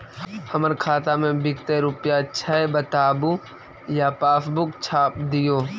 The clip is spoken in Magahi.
हमर खाता में विकतै रूपया छै बताबू या पासबुक छाप दियो?